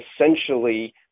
essentially